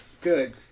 Good